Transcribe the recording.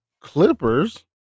Clippers